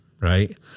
right